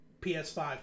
ps5